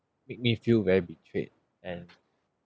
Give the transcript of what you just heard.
make me feel very betrayed and